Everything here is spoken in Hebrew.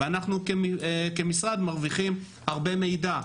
ואנחנו כמשרד מרוויחים הרבה מידע,